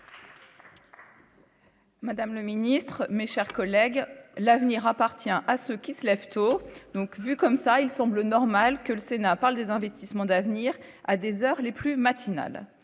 Madame le Ministre, mes chers collègues, l'avenir appartient à ceux qui se lèvent tôt, donc, vu comme ça, il semble normal que le Sénat parle des investissements d'avenir, à des heures les plus matinal,